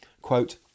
Quote